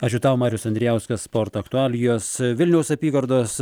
ačiū tau marius andrijauskas sporto aktualijos vilniaus apygardos